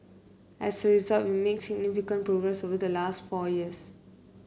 as a result we made significant progress over the last four years